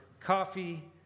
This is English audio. coffee